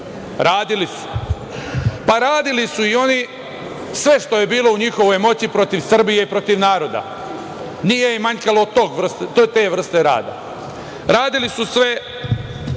Radili su. Radili su i oni sve što je bilo u njihovoj moći protiv Srbije i protiv naroda. Nije im manjkalo te vrste rada. Radili su sve